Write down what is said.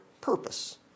purpose